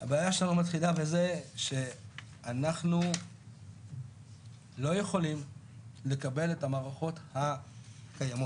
הבעיה שלנו מתחילה בזה שאנחנו לא יכולים לקבל את המערכות הקיימות.